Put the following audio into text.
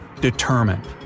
determined